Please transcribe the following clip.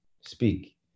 speak